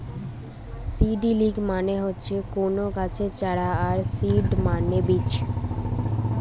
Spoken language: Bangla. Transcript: সিডিলিংস মানে হচ্ছে কুনো গাছের চারা আর সিড মানে বীজ